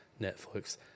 Netflix